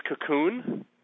cocoon